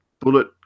Bullet